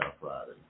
Friday